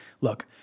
look